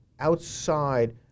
outside